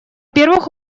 первых